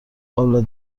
قابل